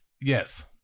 Yes